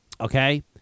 Okay